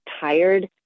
tired